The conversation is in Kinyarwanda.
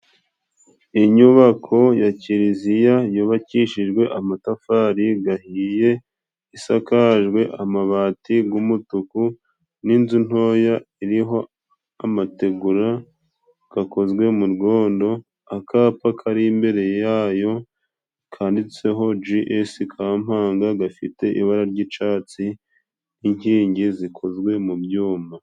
Inyubako ya Kiliziya yubakishijwe amatafari gahiye, isakajwe amabati g'umutuku n'inzu ntoya iriho amategura, kakozwe mu rwondo, akapa kari imbere yayo kanditseho Jiyesi kampanga, gafite ibara ry'icatsi n'inkingi zikozwe mu byuma.